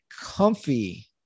comfy